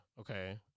okay